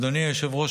אדוני היושב-ראש,